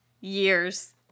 years